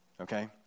okay